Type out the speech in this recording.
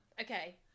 Okay